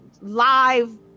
live